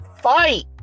fight